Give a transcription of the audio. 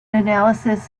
analysis